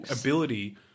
ability